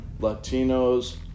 Latinos